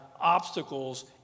obstacles